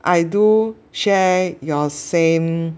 I do share your same